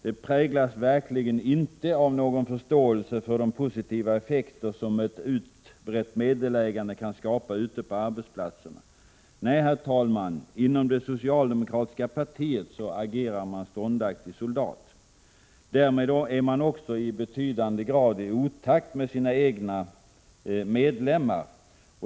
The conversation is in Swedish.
Det präglas verkligen inte av någon förståelse för de positiva effekter som ett utbrett meddelägande kan skapa ute på arbetsplatserna. Nej, herr talman, inom det socialdemokratiska partiet agerar man ståndaktig soldat. Därmed är man också i betydande grad i otakt med sina egna medlemmar.